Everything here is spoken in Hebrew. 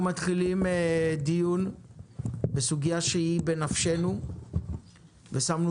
אנחנו מתחילים דיון בסוגיה שהיא בנפשנו ושמנו